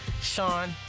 Sean